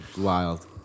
wild